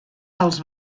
els